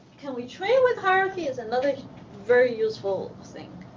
can we train with hierarchy is another very useful thing.